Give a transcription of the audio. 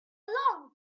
long